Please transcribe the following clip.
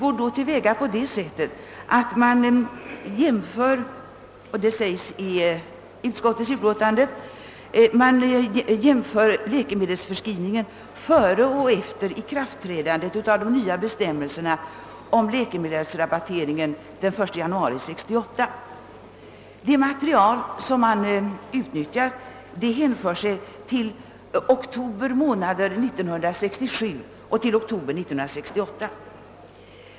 I utlåtandet anges att utredningen, tillgår så att läkemedelsförskrivningen: före ikraftträdandet av. de nya bestämmelserna beträffande läkemedelsrabatteringen den 1 januari 1968 jämförs med motsvarande förskrivning efter reformen. Det material man utnyttjar hänför sig till oktober månad 1967 och oktober månad 1968.